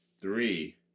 Three